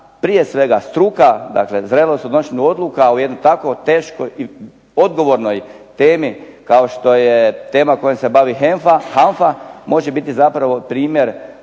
prije svega struka dakle zrelost donošenja odluka o jednoj tako teškoj i odgovornoj temi kao što je tema kojom se bavi HANFA može biti zapravo primjer